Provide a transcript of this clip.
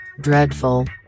Dreadful